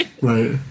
Right